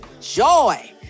joy